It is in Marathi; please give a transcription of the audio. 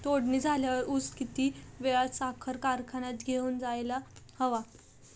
तोडणी झाल्यावर ऊस किती वेळात साखर कारखान्यात घेऊन जायला हवा?